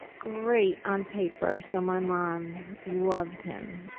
great on paper, so my mom loved him.